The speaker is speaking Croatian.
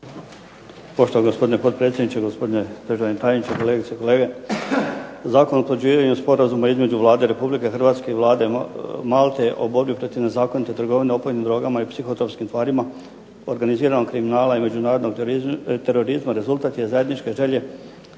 Poštovani gospodine potpredsjedniče, gospodine državni tajniče, kolegice i kolege. Zakon o utvrđivanju Sporazuma između Vlade Republike Hrvatske i Vlade Malte o borbi protiv nezakonite trgovine opojnim drogama i psihotropskim tvarima, organiziranog kriminala i međunarodnog terorizma rezultat je zajedničke želje